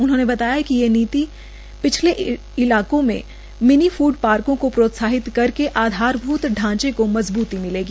उन्होंने बताया कि यह नीति से पिछड़े इलाकों में मिनी फूड पार्कों को प्रोत्साहित करके आधारभूत ढ़ांचे को मजबूती मिलेगी